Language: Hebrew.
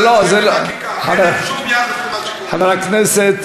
ככה הם מנהלים את